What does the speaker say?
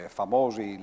famosi